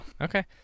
Okay